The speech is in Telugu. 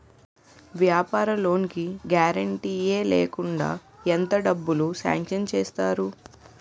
వ్యాపార లోన్ కి గారంటే లేకుండా ఎంత డబ్బులు సాంక్షన్ చేస్తారు?